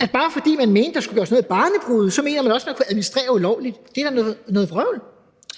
at bare fordi man mente, at der skulle der gøres noget ved barnebrude, så mener man også, at man kunne administrere ulovligt. Det er da noget vrøvl.